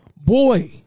Boy